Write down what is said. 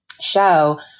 show